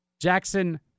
Jackson